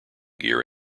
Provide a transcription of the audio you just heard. gear